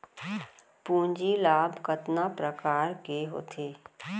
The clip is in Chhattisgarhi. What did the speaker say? पूंजी लाभ कतना प्रकार के होथे?